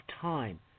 time